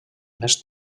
més